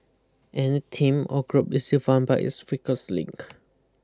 any team or group is defined by its weakest link